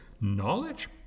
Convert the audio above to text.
knowledge